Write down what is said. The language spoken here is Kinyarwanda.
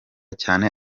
cyane